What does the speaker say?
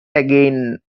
again